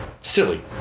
Silly